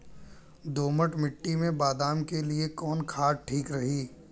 दोमट मिट्टी मे बादाम के लिए कवन खाद ठीक रही?